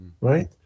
right